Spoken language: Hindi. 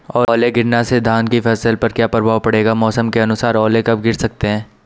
ओले गिरना से धान की फसल पर क्या प्रभाव पड़ेगा मौसम के अनुसार ओले कब गिर सकते हैं?